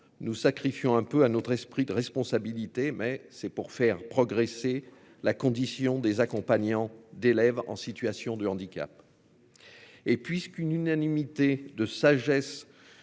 nous sacrifions un peu à notre esprit de responsabilité. Mais c'est pour faire progresser la condition des accompagnants d'élèves en situation de handicap. Et puisqu'une unanimité de sagesse